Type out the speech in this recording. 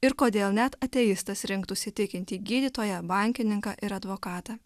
ir kodėl net ateistas rinktųsi tikintį gydytoją bankininką ir advokatą